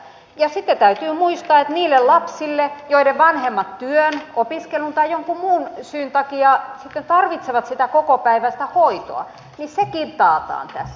ja sitten täytyy muistaa että niille lapsille joiden vanhemmat työn opiskelun tai jonkun muun syyn takia sitten tarvitsevat sitä kokopäiväistä hoitoa sekin taataan tässä